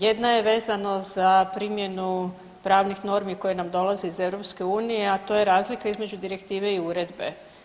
Jedna je vezano za primjenu pravnih normi koje nam dolaze iz EU, a to je razlika između direktive i uredbe.